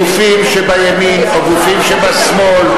גופים שבימין או גופים שבשמאל,